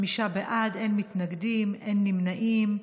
חמישה בעד, אין מתנגדים, אין נמנעים.